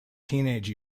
teenage